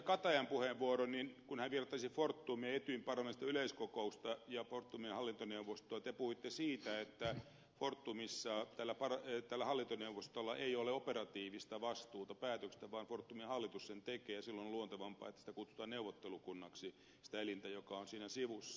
katajan puheenvuoron kun hän vertasi etyjin parlamentaarista yleiskokousta ja fortumin hallintoneuvostoa te puhuitte siitä että fortumissa tällä hallintoneuvostolla ei ole operatiivista vastuuta päätöksistä vaan fortumin hallitus päätökset tekee ja silloin on luontevampaa että kutsutaan neuvottelukunnaksi sitä elintä joka on siinä sivussa